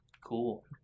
Cool